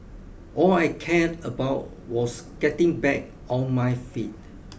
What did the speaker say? all I cared about was getting back on my feet